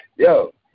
Yo